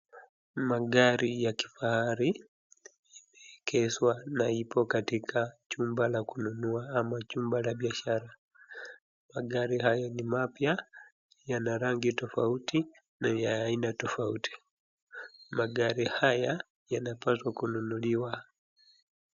Magari ya kifahari yameegezwa na yapo katika chumba cha kununua ama chumba cha biashara. Magari haya ni mapya, yana rangi tofauti na ni ya aina tofauti. Magari haya yanapaswa kununuliwa.